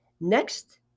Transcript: next